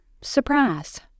surprise